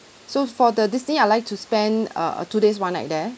so for the disney I'd like to spend uh uh two days one night there